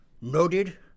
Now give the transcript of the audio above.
noted